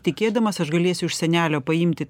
tikėdamas aš galėsiu iš senelio paimti